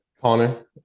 Connor